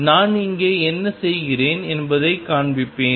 நான் இங்கே என்ன செய்கிறேன் என்பதைக் காண்பிப்பேன்